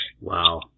wow